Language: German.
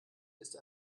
ist